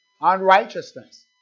unrighteousness